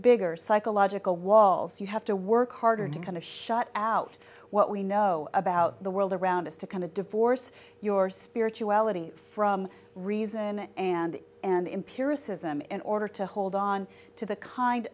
bigger psychological walls you have to work harder to kind of shut out what we know about the world around us to kind of divorce your spirituality from reason and an imperious ism in order to hold on to the kind